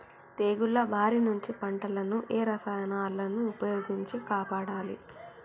తెగుళ్ల బారి నుంచి పంటలను ఏ రసాయనాలను ఉపయోగించి కాపాడాలి?